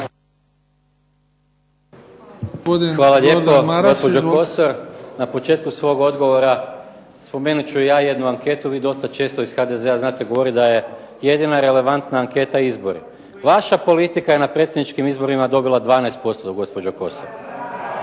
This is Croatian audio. Hvala lijepo gospođo Kosor. Na početku svog odgovora spomenut ću i ja jednu anketu, vi dosta često iz HDZ-a znate govoriti da je jedina relevantna anketa izbori. Vaša politika je na predsjedničkim izborima dobila 12% gospođo Kosor.